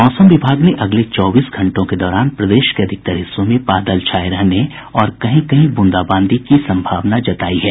मौसम विभाग ने अगले चौबीस घंटों के दौरान प्रदेश के अधिकांश हिस्सों में बादल छाये रहने और कहीं कहीं बूंदाबांदी की सम्भावना जतायी है